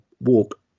walk